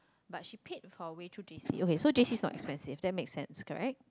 but she paid her way through j_c okay j_c is not expensive that makes sense correct